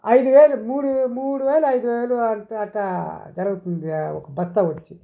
ఐదు వేలు మూడు వేలు మూడు వేలు అయిదు వేలు దాక పలుకుతుంది ఒక బస్తా వచ్చి